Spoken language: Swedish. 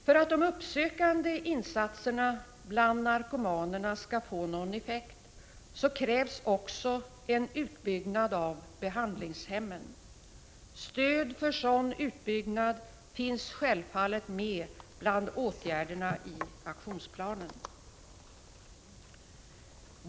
För att de uppsökande insatserna bland narkomanerna skall få någon effekt, krävs också en utbyggnad av behandlingshemmen. Stöd för sådan utbyggnad finns självfallet med bland åtgärderna i aktionsplanen.